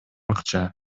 акча